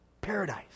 Paradise